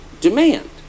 demand